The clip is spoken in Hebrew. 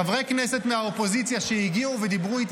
חברי כנסת מהאופוזיציה שהגיעו ודיברו איתי